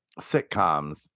sitcoms